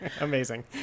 amazing